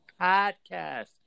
Podcast